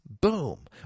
boom